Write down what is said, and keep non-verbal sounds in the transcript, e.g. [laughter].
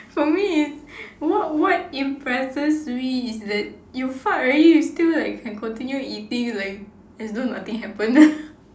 for me is what what impresses me is that you fart already you still like can continue eating like as though nothing happen [laughs]